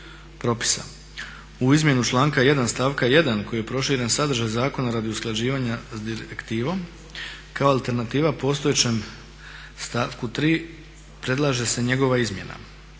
propisa. U izmjenu članka 1. stavka 1. kojim je proširen sadržaj zakona radi usklađivanja sa direktivom kao alternativa postojećem stavku 3. predlaže se njegova izmjena.